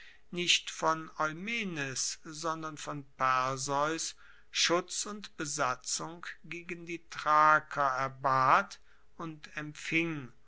nicht von eumenes sondern von perseus schutz und besatzung gegen die thraker erbat und empfing